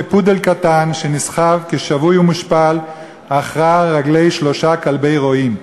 כפודל קטן שנסחב כשבוי ומושפל אחרי רגלי שלושה כלבי רועים.